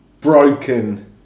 broken